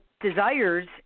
desires